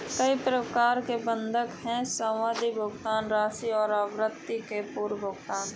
कई प्रकार के बंधक हैं, सावधि, भुगतान राशि और आवृत्ति और पूर्व भुगतान